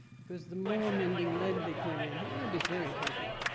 because the more mending lead they put in lead is very heavy.